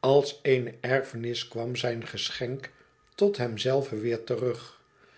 als eene erfenis kwam zijn geschenk tot hemzelven weêr terug